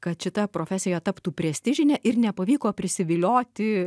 kad šita profesija taptų prestižine ir nepavyko prisivilioti